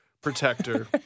protector